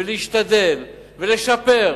ולהשתדל, ולשפר,